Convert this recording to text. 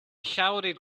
shouted